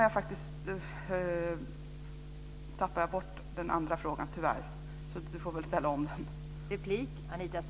Jag tappade tyvärr bort den andra frågan. Anita Sidén får ställa frågan på nytt.